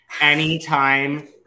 anytime